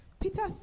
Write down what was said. Peter